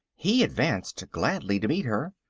he advanced gladly to meet her,